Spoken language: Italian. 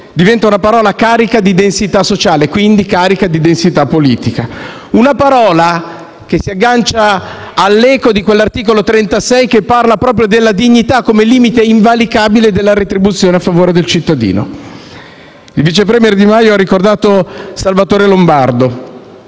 diventa una parola carica di densità sociale, quindi carica di densità politica; una parola che si aggancia all'eco di quell'articolo 36 della Costituzione che parla proprio della dignità come limite invalicabile della retribuzione a favore del cittadino. Il vice *premier* Di Maio ha ricordato Salvatore Lombardo,